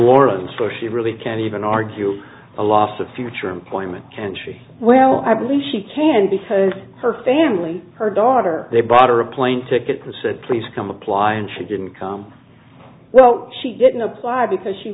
for she really can't even argue a loss of future employment can tree well i believe she can because her family her daughter they bought her a plane ticket to said please come apply and she didn't come well she didn't apply because she